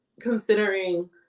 considering